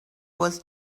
was